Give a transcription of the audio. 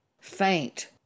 faint